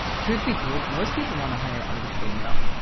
truth be told most people want to hire artists they know.